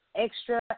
extra